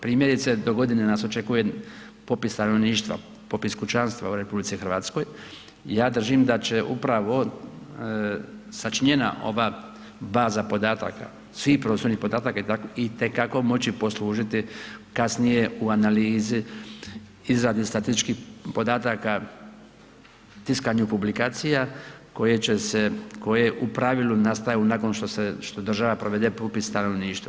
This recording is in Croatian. Primjerice, do godine nas očekuje popis stanovništva, popis kućanstava u RH, ja držim da će upravo sačinjena ova baza podataka, svih prostornih podataka itekako moći poslužiti kasnije u analizi izrade statističkih podataka, tiskanju publikacija koje će u pravilu nastaju nakon što država provede popis stanovništva.